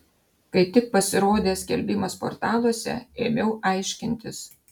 kai tik pasirodė skelbimas portaluose ėmiau aiškintis